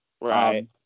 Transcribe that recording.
Right